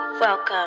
Welcome